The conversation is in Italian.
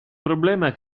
problema